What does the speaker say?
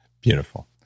Beautiful